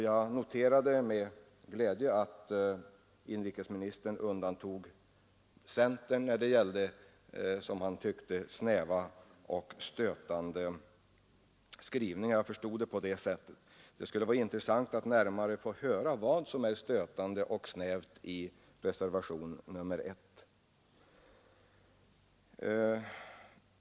Jag noterade med glädje att inrikesministern undantog centern när det gällde, som han tyckte, snäva och stötande skrivningar — jag förstod det på det sättet. — Det skulle emellertid vara intressant att närmare få höra vad som är stötande och snävt i reservationen 1.